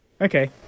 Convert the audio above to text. Okay